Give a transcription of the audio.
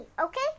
okay